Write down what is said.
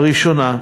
הראשונה,